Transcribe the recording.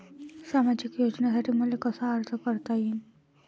सामाजिक योजनेसाठी मले कसा अर्ज करता येईन?